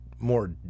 more